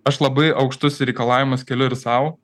aš labai aukštus reikalavimus keliu ir sau